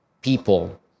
people